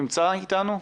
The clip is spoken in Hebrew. נמצא איתנו?